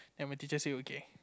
and my teacher say okay